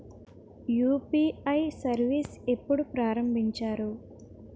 UPI service ఎప్పుడు ప్రారంభించారు?